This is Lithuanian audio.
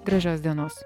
gražios dienos